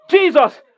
Jesus